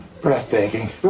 Breathtaking